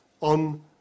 on